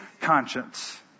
conscience